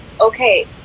okay